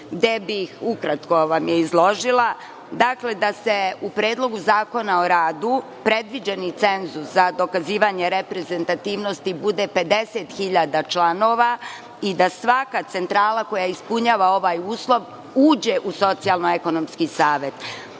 i ukratko bih vam je izložila, da se u Predlogu zakona o radu predviđeni cenzus za dokazivanje reprezentativnosti bude 50.000 članova i da svaka centrala koja ispunjava ovaj uslov uđe u Socijalno-ekonomski savet. Iznela